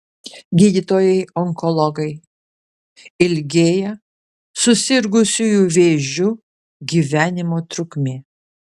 gydytojai onkologai ilgėja susirgusiųjų vėžiu gyvenimo trukmė